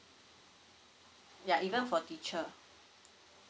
ya even for teacher